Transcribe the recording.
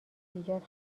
ایجاد